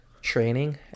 training